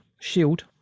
Shield